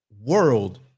world